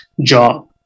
job